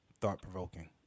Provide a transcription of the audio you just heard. Thought-provoking